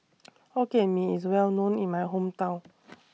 Hokkien Mee IS Well known in My Hometown